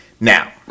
Now